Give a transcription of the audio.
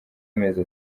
amezi